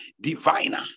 diviner